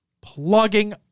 plugging